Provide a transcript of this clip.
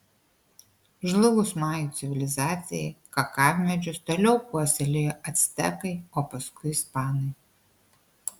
žlugus majų civilizacijai kakavmedžius toliau puoselėjo actekai o paskui ispanai